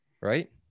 Right